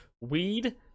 Weed